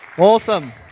Awesome